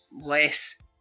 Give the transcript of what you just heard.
less